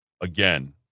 Again